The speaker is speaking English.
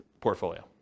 portfolio